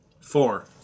Four